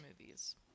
movies